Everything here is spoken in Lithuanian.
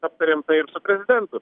aptarėm tai ir su prezidentu